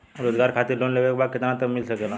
रोजगार खातिर लोन लेवेके बा कितना तक मिल सकेला?